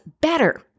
better